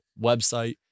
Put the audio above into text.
website